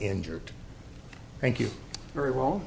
injured thank you very well